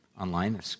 online